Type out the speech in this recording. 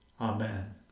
Amen